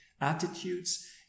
attitudes